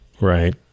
Right